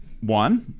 one